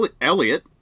Elliot